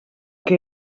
que